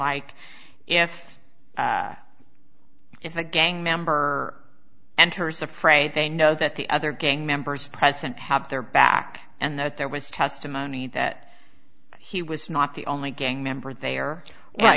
like if if a gang member enters the fray they know that the other gang members present have their back and that there was testimony that he was not the only gang member there